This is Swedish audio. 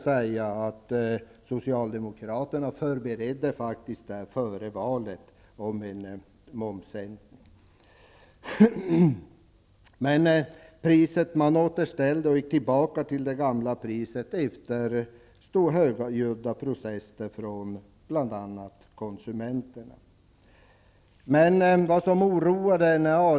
Socialdemokraterna förberedde faktiskt en momssänkning före valet. Efter högljudda protester från bl.a. konsumenterna återställde Arla priserna.